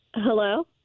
Hello